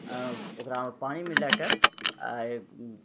ओकरामे पानि मिलाके आ